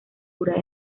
pura